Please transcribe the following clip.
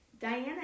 Diana